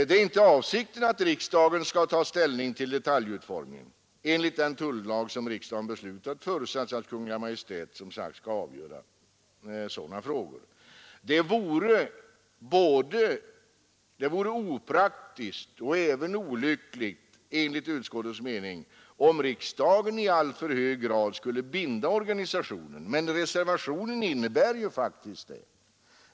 Det är inte avsikten att riksdagen skall ta ställning till detaljutformningen. Enligt den tullag som riksdagen beslutat förutsätts att Kungl. Maj:t skall avgöra sådana frågor. Det vore opraktiskt och även olyckligt, enligt utskottets mening, om riksdagen i alltför hög grad skulle binda organisationerna. Men reservationen innebär ju faktiskt detta.